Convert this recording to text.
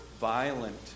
violent